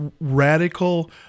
radical